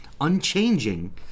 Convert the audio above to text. unchanging